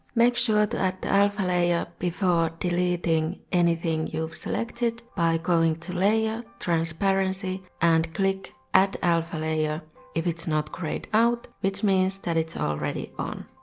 make sure to add the alpha layer before deleting anything you've selected by going to layer transparency and click add alpha layer if it's not grayed out, which means that it's already on.